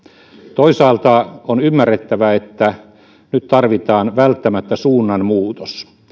toisaalta on ymmärrettävä että nyt tarvitaan välttämättä suunnanmuutos